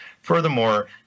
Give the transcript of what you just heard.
Furthermore